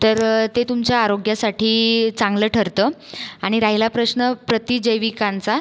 तर ते तुमच्या आरोग्यासाठी चांगलं ठरतं आणि राहिला प्रश्न प्रतिजैविकांचा